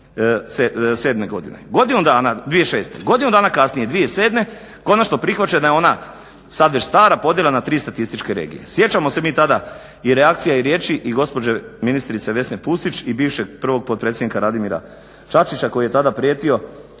godine. Godinu dana kasnije 2007. konačno prihvaćena je ona sad već stara podjela na 3 statističke regije. Sjećamo se mi tada i reakcija i riječi i gospođe ministrice Vesne Pusić i bivšeg prvog potpredsjednika Radimira Čačića koji je tada prijetio